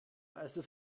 also